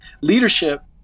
leadership